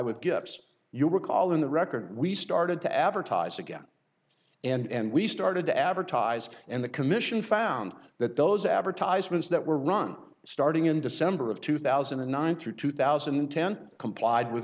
with get ups you'll recall in the record we started to advertise again and we started to advertise and the commission found that those advertisements that were run starting in december of two thousand and nine through two thousand and ten complied with